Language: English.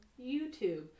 YouTube